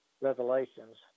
Revelations